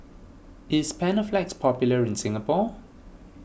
is Panaflex popular in Singapore